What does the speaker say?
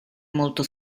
molto